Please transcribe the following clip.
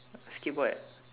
skip what